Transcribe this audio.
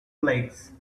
flakes